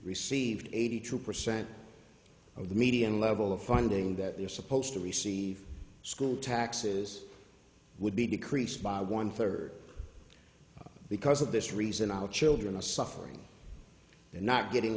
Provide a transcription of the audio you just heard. received eighty two percent of the median level of funding that they're supposed to receive school taxes would be decreased by one third because of this reason our children are suffering they're not getting